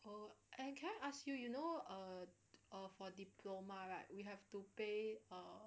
oh can I ask you you know uh uh for diploma right we have to pay uh